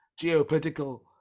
geopolitical